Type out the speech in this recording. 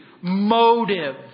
motive